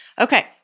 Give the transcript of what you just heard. Okay